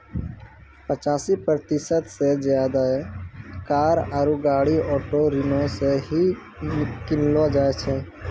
पचासी प्रतिशत से ज्यादे कार आरु गाड़ी ऑटो ऋणो से ही किनलो जाय छै